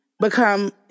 become